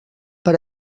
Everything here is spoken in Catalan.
per